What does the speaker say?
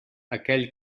aquell